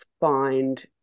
find